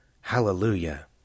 Hallelujah